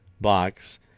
box